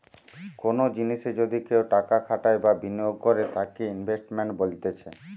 কোনো জিনিসে যদি কেও টাকা খাটাই বা বিনিয়োগ করে তাকে ইনভেস্টমেন্ট বলতিছে